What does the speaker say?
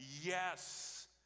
yes